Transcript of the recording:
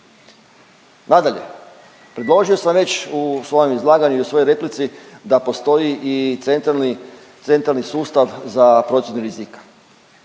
Nadalje, predložio sam već u svojem izlaganju i u svojoj replici da postoji i centralni sustav za procjenu rizika.